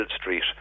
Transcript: Street